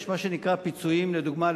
יש מה שנקרא "פיצויים לדוגמה",